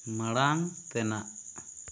ᱢᱟᱲᱟᱝ ᱛᱮᱱᱟᱜ